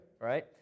right